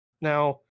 Now